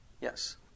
yes